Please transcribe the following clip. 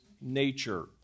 nature